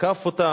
ותקף אותה.